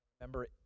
Remember